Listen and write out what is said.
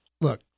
Look